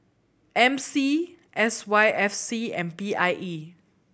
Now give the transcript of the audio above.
M C S Y F C and P I E